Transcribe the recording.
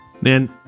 Man